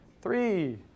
Three